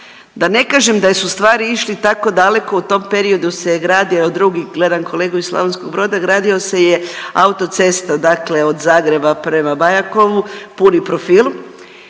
da ne kažem da su stvari išle tako daleko u tom periodu se gradio jedan drugi, gledam kolegu iz Slavonskog Broda gradila se je autocesta, dakle od Zagreba prema Bajakovu puni profil